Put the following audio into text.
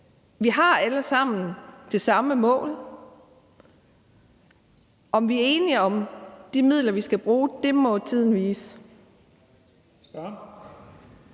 at vi alle sammen har det samme mål. Om vi er enige om de midler, vi skal bruge, må tiden vise.